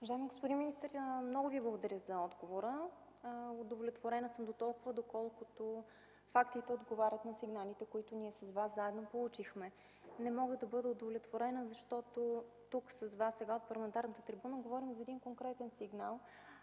Уважаеми господин министър, много Ви благодаря за отговора. Удовлетворена съм дотолкова, доколкото фактите отговарят на сигналите, които ние с Вас заедно получихме. Не мога да бъда удовлетворена, защото тук с Вас от парламентарната трибуна говорим за един конкретен сигнал,